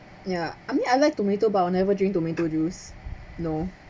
ya I mean I like tomato but I'll never drink tomato juice no